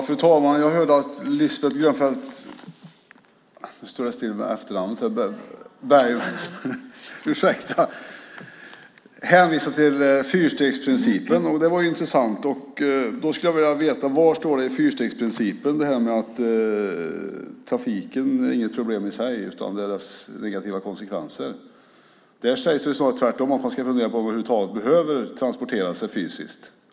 Fru talman! Jag hörde att Lisbeth Grönfeldt Bergman hänvisar till fyrstegsprincipen. Det var intressant. Då skulle jag vilja veta var det står i fyrstegsprincipen att trafiken inte är något problem i sig utan att det är dess negativa konsekvenser. Där sägs det snarare tvärtom att man ska fundera på om man över huvud taget behöver transportera sig fysiskt.